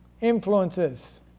influences